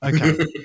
Okay